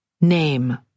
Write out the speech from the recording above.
Name